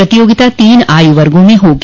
प्रतियोगिता तीन आय् वर्गों में होगी